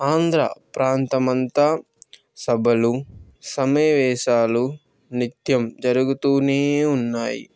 ఆంధ్ర ప్రాంతమంతా సభలు సమావేశాలు నిత్యం జరుగుతూనే ఉన్నాయి